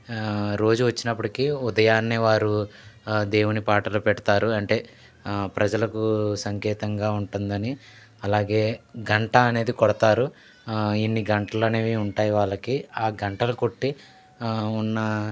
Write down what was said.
రోజు వచ్చినప్పటికీ ఉదయాన్నే వారు దేవుని పాటలు పెడతారు అంటే ప్రజలకు సంకేతంగా ఉంటుందని అలాగే గంట అనేది కొడతారు ఇన్ని గంటలనేవి ఉంటాయ్ వాళ్ళకి ఆ గంటలు కొట్టి ఉన్న